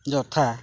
ଯଥା